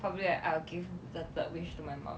probably I I will give the third wish to my mum